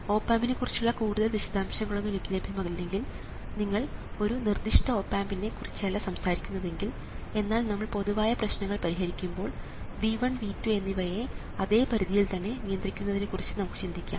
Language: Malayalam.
ഓപ് ആമ്പിനെ കുറിച്ചുള്ള കൂടുതൽ വിശദാംശങ്ങളൊന്നും ലഭ്യമല്ലെങ്കിൽ നിങ്ങൾ ഒരു നിർദ്ദിഷ്ട ഓപ് ആമ്പിനെ കുറിച്ചല്ല സംസാരിക്കുന്നതെങ്കിൽ എന്നാൽ നമ്മൾ പൊതുവായ പ്രശ്നങ്ങൾ പരിഹരിക്കുമ്പോൾ V1 V2 എന്നിവയെ അതേ പരിധിയിൽ തന്നെ നിയന്ത്രിക്കുന്നതിനെക്കുറിച്ച് നമുക്ക് ചിന്തിക്കാം